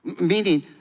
Meaning